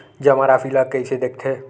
जमा राशि ला कइसे देखथे?